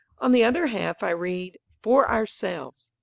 on the other half i read, for ourselves.